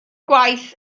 gwaith